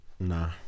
Nah